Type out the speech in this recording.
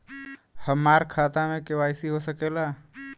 हमार खाता में के.वाइ.सी हो सकेला?